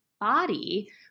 body